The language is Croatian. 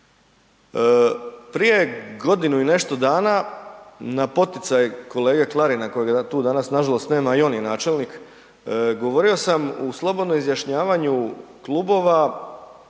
Prije godinu i nešto dana, na poticaj kolege Klarina kojeg tu nažalost danas nema, i on je načelnik, govorio sam u slobodnom izjašnjavanju klubova